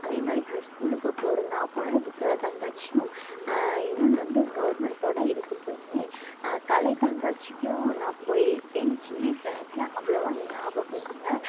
அதேமாதிரி இந்த ஸ்கூலுக்கு போகிறது நான் போனது புத்தக கண்காட்சியும் இன்னொன்று வந்து கவர்மெண்ட்டோட இதுக்கும் போயிருந்தேன் கலை கண்காட்சிக்கும் நான் போயிருக்கேன் சின்ன வயசில் எனக்கு அவ்வளவா எனக்கு ஞாபகம் இல்லை